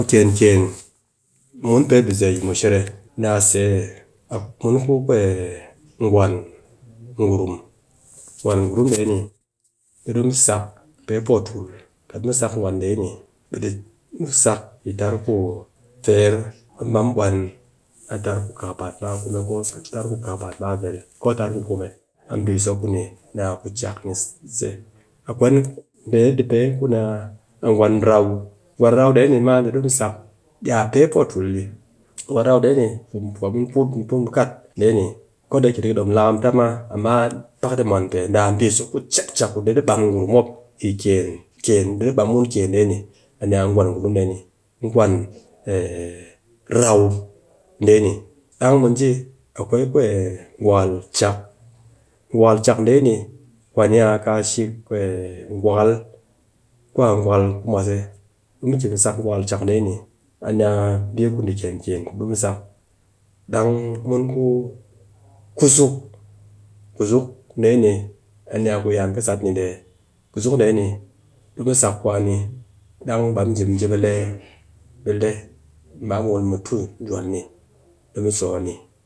Dee kiyen kiyen mun pe bise mushere nia se, man ngwan gurum, gwan gurum dee ni, de di mu sak pee po tul, kat mu sak gwan dee, mu sak yi tar ku feer, mu baa mu bwan a tar ku kakapaat ba kume, ko tar ku kakapaat ba ba vel, ko tar ku kume, a mbi so ku ni, nia ku chakni se, akwai mee di pee ku mop di pet ni a gwan rau, gwanrau dee ma, dee di mu sakni a pe poo tul dɨ, gwan rau deeni kwa mun mu put mu put mu katdee ni, ko dayake ni po dom lakam ta ma, amma pak ɗi mwan pe, niaa mbi so ku chak chakku di bam gurum mop yi kyen, yi kyen dee di bam mun kyen dee ni, ni a gwan gurum dee ni, gwan rau dee ni, dang mu ji akwai gwakal chak, gwakal chak dee di kwa ni ka shik, gwakal ku a di mu ki sak gwakal chak dee ni. a nin mbi ku kiyen kiyen ku di mu sak, dang mun ku kuzuk, kuzuk dee ni a ni a mbi ku an ki sat ni dee, kuzuk dee ni, du mu sak kwani, dang mu ba mu ji, mu ji mu le, ba wul mu tu juwal ni di mu so a ni.